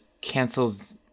cancels